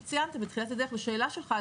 כפי שציינתם בתחילת הדרך לשאלה שלך,